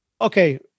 okay